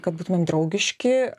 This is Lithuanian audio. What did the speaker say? kad būtumėm draugiški o